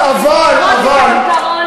העיקרון,